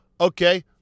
Okay